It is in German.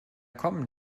kommen